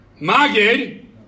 Magid